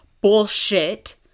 bullshit